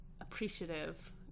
appreciative